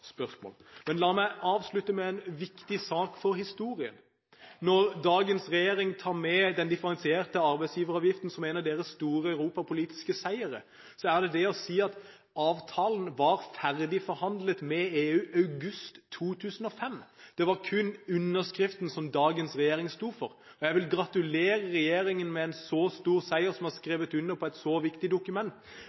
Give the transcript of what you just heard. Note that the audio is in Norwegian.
La meg avslutte med en viktig sak for historien. Når dagens regjering tar med den differensierte arbeidsgiveravgiften som en av deres store europapolitiske seire, er det det å si at avtalen var ferdig forhandlet med EU i august 2005, det var kun underskriften som dagens regjering sto for. Jeg vil gratulere regjeringen med en så stor seier, som har skrevet under på et så viktig dokument,